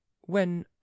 When